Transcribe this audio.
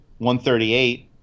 138